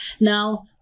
now